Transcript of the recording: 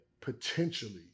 potentially